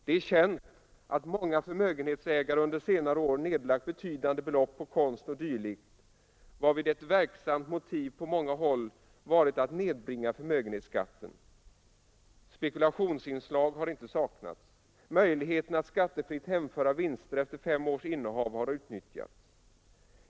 Det är känt att många förmögenhetsägare under senare år nedlagt betydande belopp på konst och dylikt, varvid ett verksamt motiv på många håll varit att nedbringa förmögenhetskatten. Spekulationsinslag har inte saknats; möjligheten att skattefritt hemföra vinster efter fem års innehav har utnyttjats.